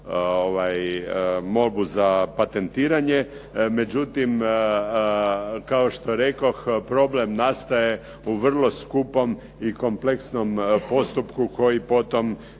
molbu za patentiranje. Međutim, kao što rekoh problem nastaje u vrlo skupom i kompleksnom postupku koji potom